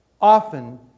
often